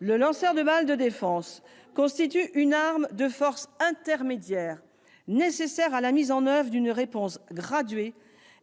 Le lanceur de balles de défense est une arme de force intermédiaire nécessaire à la mise en oeuvre d'une réponse graduée